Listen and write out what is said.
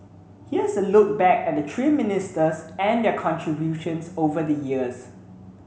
here's a look back at the three ministers and their contributions over the years